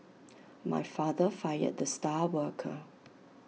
my father fired the star worker